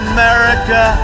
America